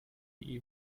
die